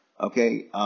okay